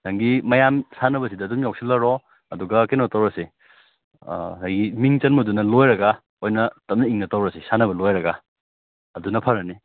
ꯅꯪꯒꯤ ꯃꯌꯥꯝ ꯁꯥꯟꯅꯕꯁꯤꯗ ꯑꯗꯨꯝ ꯌꯥꯎꯁꯜꯂꯔꯣ ꯑꯗꯨꯒ ꯀꯩꯅꯣꯇꯧꯔꯁꯦ ꯉꯁꯥꯏꯒꯤ ꯃꯤꯡ ꯆꯟꯕꯗꯨꯅ ꯂꯣꯏꯔꯒ ꯑꯣꯏꯅ ꯇꯞꯅ ꯏꯪꯅ ꯇꯧꯔꯁꯦ ꯁꯥꯟꯅꯕ ꯂꯣꯏꯔꯒ ꯑꯗꯨꯅ ꯐꯔꯅꯤ